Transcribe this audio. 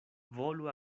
volu